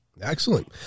Excellent